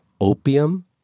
opium